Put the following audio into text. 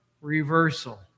reversal